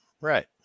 Right